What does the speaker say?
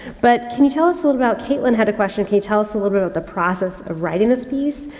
but can you tell us a little bit about caitlyn had a question can you tell us a little bit about the process of writing this piece,